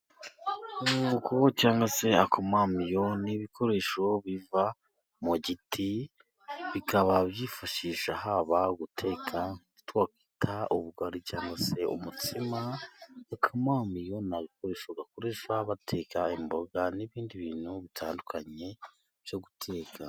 Umwuko, cyangwa se akamamiyo, ni ibikoresho biva mu giti bikaba byifashishwa haba mu guteka ubugari cyangwa se umutsima. Akamamiyo ni agakoresho bakoresha bateka imboga n’ibindi bintu bitandukanye byo guteka.